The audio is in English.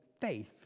faith